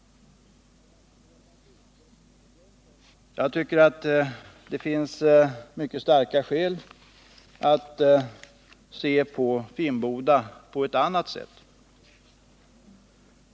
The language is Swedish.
Enligt min mening finns det mycket starka skäl att se på Finnboda på ett annat sätt.